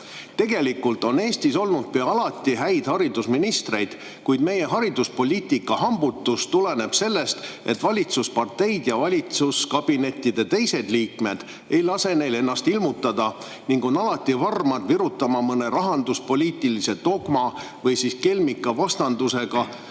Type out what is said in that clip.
"Tegelikult on Eestis olnud pea alati häid haridusministreid [---], kuid meie hariduspoliitika hambutus tuleneb sellest, et valitsusparteid ja valitsuskabinettide teised liikmed ei lase neil "ennast ilmutada" ning on alati varmad virutama mõne rahanduspoliitilise dogma või siis kelmika vastandusega